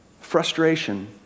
Frustration